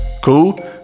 cool